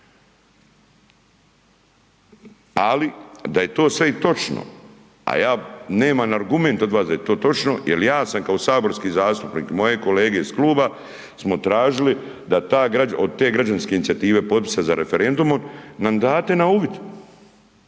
Ali da je to sve i točno a ja nemam argument od vas da je to točno jer ja sam kao saborski zastupnik, moje kolege iz kluba smo tražili da ta građanska, od te građanske inicijative potpisa za referendumom nam date na uvid.